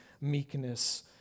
meekness